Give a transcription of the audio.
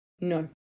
No